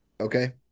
Okay